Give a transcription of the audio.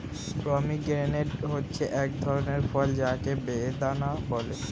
pomegranate হচ্ছে এক ধরনের ফল যাকে বেদানা বলে